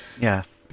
yes